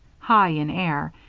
high in air,